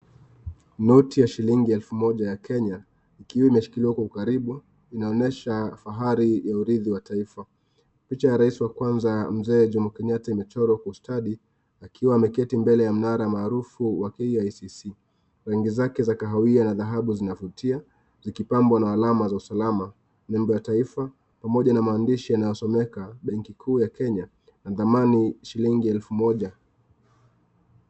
Noti ya shilingi elfu moja ya Kenya, ikiwa imeshikiliwa kwa ukaribu inaonyesha fahari ya urithi wa taifa. Picha ya rais wa kwanza, Mzee Jomo Kenyatta, imechorwa kwa ustadi, akiwa ameketi mbele ya mnara maarufu wa KICC. Rangi zake za kahawia na dhahabu zinavutia zikipambwa na alama za usalama, nembo ya taifa, pamoja na maandishi yanayosomeka, benki kuu ya Kenya na thamani shilingi elfu moja.